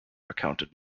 accounted